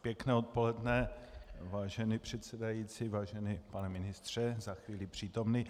Pěkné odpoledne, vážený pane předsedající, vážený pane ministře, za chvíli přítomný.